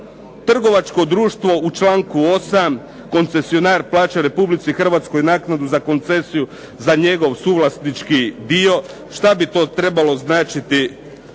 Trgovačko društvo u članku 8., koncesionar plaća Republici Hrvatskoj naknadu za koncesiju za njegov suvlasnički dio. Šta bi to trebalo značiti